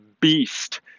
beast